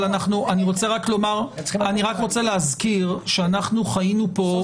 אני רק רוצה להזכיר שאנחנו חיינו פה --- פה